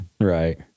Right